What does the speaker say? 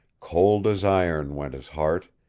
cold as iron went his heart,